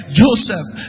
joseph